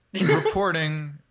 reporting